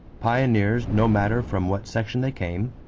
pioneers, no matter from what section they came,